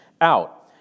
out